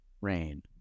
Rain